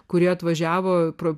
kuri atvažiavo pro